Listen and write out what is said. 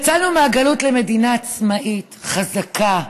יצאנו מהגלות למדינה עצמאית, חזקה,